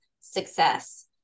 success